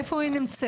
איפה היא נמצאת?